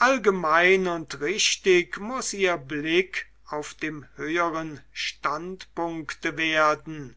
allgemein und richtig muß ihr blick auf dem höheren standpunkte werden